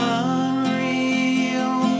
unreal